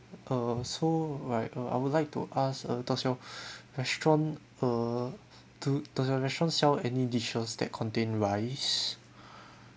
err so like uh I would like to ask uh does your restaurant err to does your restaurant sell any dishes that contain rice